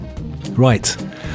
Right